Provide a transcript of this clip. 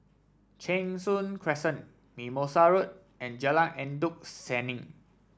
Cheng Soon Crescent Mimosa Road and Jalan Endut Senin